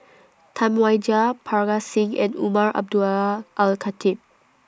Tam Wai Jia Parga Singh and Umar Abdullah Al Khatib